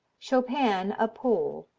chopin, a pole,